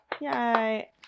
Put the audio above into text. Yay